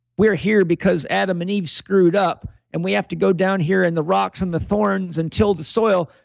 we're here because adam and eve screwed up and we have to go down here and the rocks and the thorns and till the soil,